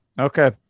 Okay